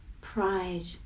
pride